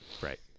right